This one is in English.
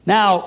Now